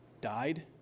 died